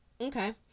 Okay